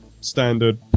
standard